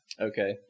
Okay